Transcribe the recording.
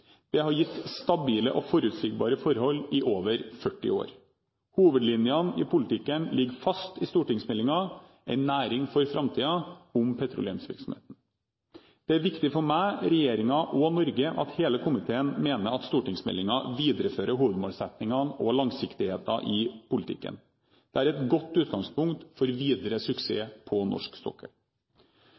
Det har gitt stabile og forutsigbare forhold i over 40 år. Hovedlinjene i politikken ligger fast i stortingsmeldingen «En næring for framtida – om petroleumsvirksomheten». Det er viktig for meg, regjeringen og Norge at hele komiteen mener at stortingsmeldingen viderefører hovedmålsettingene og langsiktigheten i politikken. Det er et godt utgangspunkt for videre suksess på norsk sokkel.